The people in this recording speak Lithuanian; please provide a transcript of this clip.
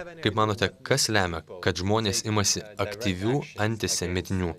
kaip manote kas lemia kad žmonės imasi aktyvių antisemitinių